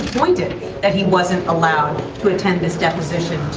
disappointed that he wasn't allowed to attend this deposition